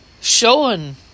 showing